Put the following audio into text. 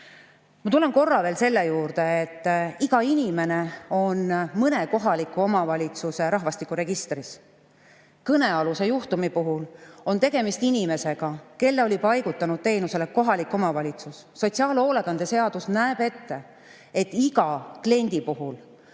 Ma tulen korra veel selle juurde, et iga inimene on mõne kohaliku omavalitsuse rahvastikuregistris. Kõnealuse juhtumi puhul on tegemist inimesega, kelle oli paigutanud teenusele kohalik omavalitsus. Sotsiaalhoolekande seadus näeb ette, et iga kliendi puhul